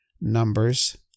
Numbers